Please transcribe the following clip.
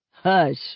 Hush